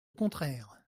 contraire